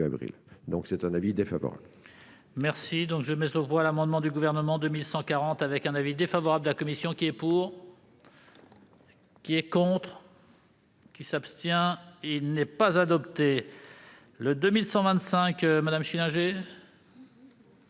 donc émis un avis défavorable